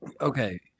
okay